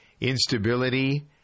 instability